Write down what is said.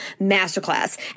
Masterclass